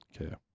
Okay